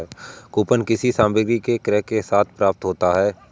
coupon किसी सामग्री के क्रय के साथ प्राप्त होता है